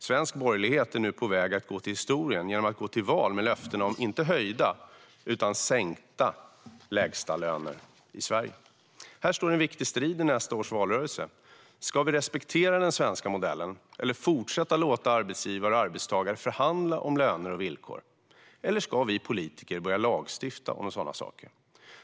Svensk borgerlighet är nu på väg att gå till historien genom att gå till val med löften om inte höjda utan sänkta lägstalöner i Sverige. Här står en viktig strid i nästa års valrörelse. Ska vi respektera den svenska modellen och fortsätta låta arbetsgivare och arbetstagare förhandla om löner och villkor, eller ska vi politiker börja lagstifta om sådana saker?